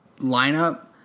lineup